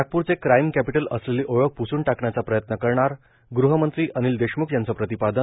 नागपूरचे crime capital असलेली ओळख पुसून टाकण्याचा प्रयत्न करणार गृहमंत्री अनिल देशमुख यांचं प्रतिपादन